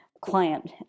client